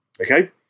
Okay